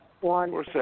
One